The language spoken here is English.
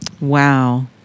Wow